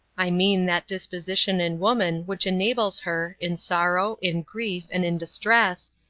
i mean that disposition in woman which enables her, in sorrow, in grief, and in distress,